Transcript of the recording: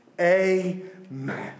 Amen